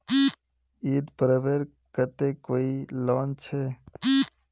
ईद पर्वेर केते कोई लोन छे?